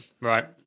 right